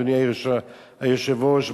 אדוני היושב-ראש,